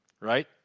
right